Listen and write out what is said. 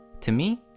to me,